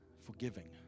forgiving